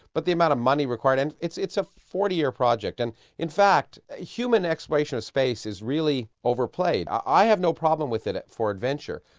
but the amount of money required. and it's it's a forty year project, and in fact human exploration of space is really overplayed. i have no problem with it it for adventure,